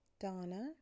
Donna